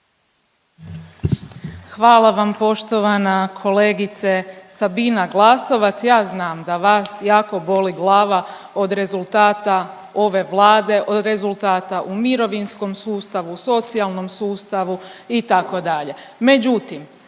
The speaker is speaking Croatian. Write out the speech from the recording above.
Hvala vam poštovana kolegice Sabina Glasovac. Ja znam da vas jako boli glava od rezultata ove Vlade, od rezultata u mirovinskom sustavu, socijalnom sustavu itd.